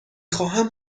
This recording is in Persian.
خواهم